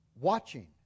watching